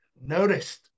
noticed